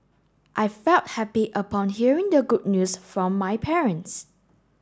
I felt happy upon hearing the good news from my parents